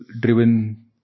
driven